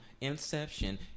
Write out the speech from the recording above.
Inception